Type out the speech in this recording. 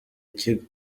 ikigo